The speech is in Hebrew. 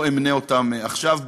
לא אמנה אותם עכשיו,